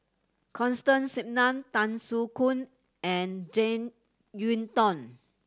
Constance Singam Tan Soo Khoon and Jek Yeun Thong